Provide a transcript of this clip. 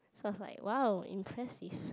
so I was like !wow! impressive